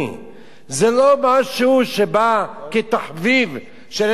זה לא משהו שבא כתחביב של קבוצת נערים.